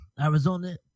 Arizona